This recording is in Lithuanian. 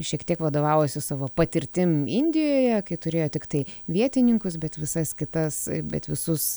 šiek tiek vadovavosi savo patirtim indijoje kai turėjo tiktai vietininkus bet visas kitas bet visus